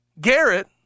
Garrett